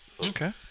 Okay